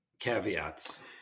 Caveats